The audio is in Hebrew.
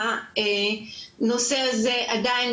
והנושא הזה עדיין,